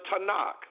Tanakh